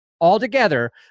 altogether